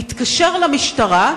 מתקשר למשטרה,